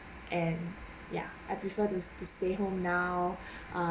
and ya I prefer to to stay home now ah